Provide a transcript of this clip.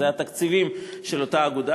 זה התקציבים של אותה אגודה.